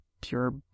pure